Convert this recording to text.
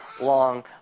long